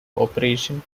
operation